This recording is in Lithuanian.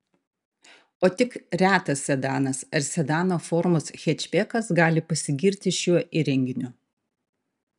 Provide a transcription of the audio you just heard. o tik retas sedanas ar sedano formos hečbekas gali pasigirti šiuo įrenginiu